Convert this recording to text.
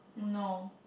no